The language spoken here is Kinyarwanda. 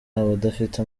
abadafite